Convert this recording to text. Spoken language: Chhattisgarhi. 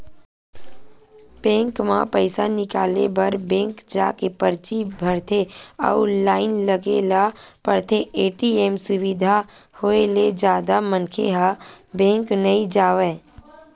बेंक म पइसा निकाले बर बेंक जाके परची भरथे अउ लाइन लगे ल परथे, ए.टी.एम सुबिधा होय ले जादा मनखे ह बेंक नइ जावय